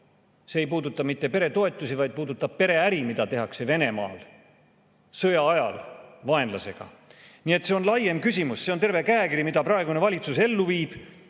siin ei puuduta see mitte peretoetusi, vaid puudutab pereäri, mida tehakse Venemaal sõja ajal vaenlasega. Nii et see on laiem küsimus, see on lausa praeguse valitsuse käekiri.